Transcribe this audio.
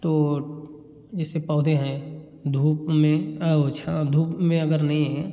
तो जैसे पौधे हैं धूप में और छाँव धूप में अगर नहीं है